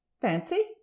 fancy